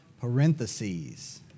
parentheses